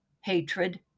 hatred